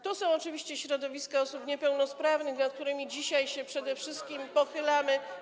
To są oczywiście środowiska osób niepełnosprawnych, nad którymi dzisiaj przede wszystkim się pochylamy.